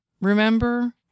remember